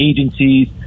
agencies